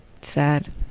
Sad